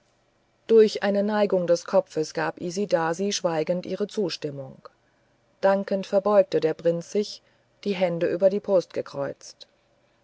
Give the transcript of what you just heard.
durch eine neigung des kopfes gab isidasi schweigend ihre zustimmung dankend verbeugte der prinz sich die hände über die brust gekreuzt